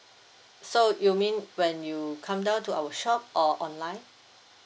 so you mean when you come down to our shop or online